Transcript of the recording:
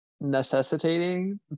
necessitating